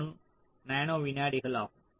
1 nano விநாடிகள் ஆகும்